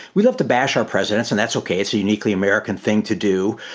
we love to bash our presidents, and that's okay, it's a uniquely american thing to do.